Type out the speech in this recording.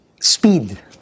speed